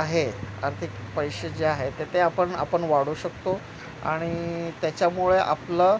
आहे आर्थिक पैसे जे आहे ते ते आपण आपण वाढवू शकतो आणि त्याच्यामुळे आपलं